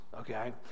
okay